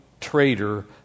traitor